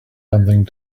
something